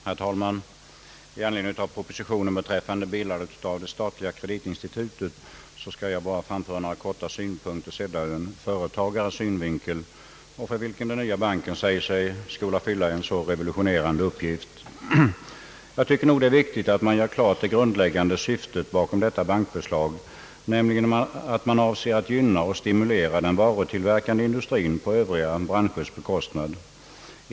Herr talman! I anledning av propositionen om bildandet av ett statligt kreditinstitut vill jag framföra några synpunkter sedda ur en företagares synvinkel; för företagarna säger man ju att den nya banken skall fylla en så revolutionerande uppgift. Jag tycker nog att det är viktigt att man gör klart det grundläggande syftet bakom detta bankförslag, nämligen att man avser att gynna och stimulera den varutillverkande industrin på övriga branschers bekostnad.